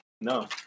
No